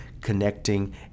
connecting